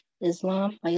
islam